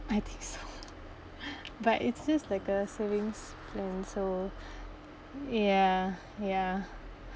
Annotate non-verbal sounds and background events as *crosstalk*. I think so *laughs* but it's just like a savings plan so ya ya